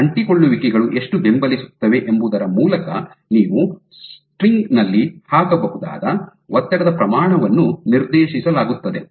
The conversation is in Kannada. ಈ ಅಂಟಿಕೊಳ್ಳುವಿಕೆಗಳು ಎಷ್ಟು ಬೆಂಬಲಿಸುತ್ತವೆ ಎಂಬುದರ ಮೂಲಕ ನೀವು ಸ್ಟ್ರಿಂಗ್ ನಲ್ಲಿ ಹಾಕಬಹುದಾದ ಒತ್ತಡದ ಪ್ರಮಾಣವನ್ನು ನಿರ್ದೇಶಿಸಲಾಗುತ್ತದೆ